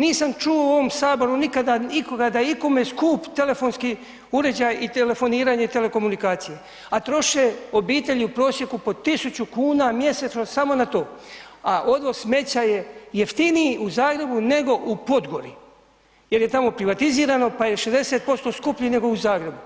Nisam čuo u ovom Saboru nikada ikoga da je ikome skup telefonski uređaj i telefoniranje i telekomunikacije a troše obitelji u prosjeku po 1000 kn mjesečno samo na to a odvoz smeća je jeftiniji u Zagrebu nego u Podgori jer je tamo privatizirano pa je 60% skuplje nego u Zagrebu